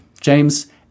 James